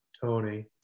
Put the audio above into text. Tony